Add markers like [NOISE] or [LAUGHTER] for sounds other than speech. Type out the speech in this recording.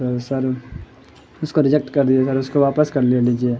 تو سر اس کو ریجیکٹ کر دیجیے [UNINTELLIGIBLE] اس کو واپس کر لے لیجیے